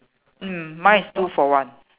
mm mine is two for one